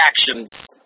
actions